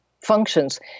functions